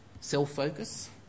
self-focus